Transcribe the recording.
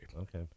Okay